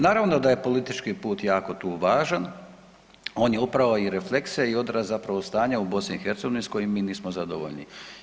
Naravno da je politički put jako tu važan, on je upravo i refleksija i odraz zapravo stanja u BiH s kojim mi nismo zadovoljni.